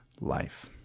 life